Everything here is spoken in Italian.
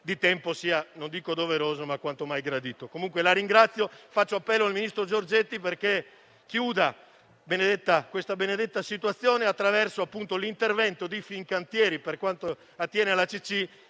di tempo sia non dico doveroso, ma quanto mai gradito. Signor Presidente, dunque la ringrazio e faccio appello al ministro Giorgetti affinché chiuda questa benedetta situazione, attraverso l'intervento di Fincantieri, per quanto attiene alla ACC